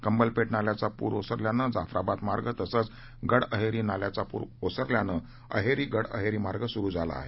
कंबलपेठ नाल्याचा पूर ओसरल्याने जाफ्राबाद मार्ग तसंच गडअहेरी नाल्याचा पूर ओसरल्यानं अहेरी गडअहेरी मार्ग सुरु झाला आहे